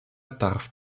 darf